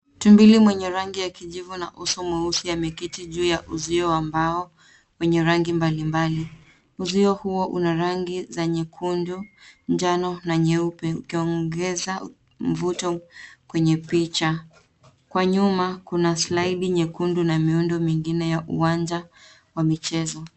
Tumbili mwenye rangi ya kijivu na uso mweusi ameketi juu ya uzio wa mbao wenye rangi mbalimbali. Uzio huo una rangi za nyekundu, njano na nyeupe, ukiongeza mvuto kwenye picha. Kwa nyuma kuna slaidi nyekundu na miundo mingine ya uwanja wa michezo.